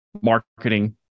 marketing